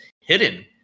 hidden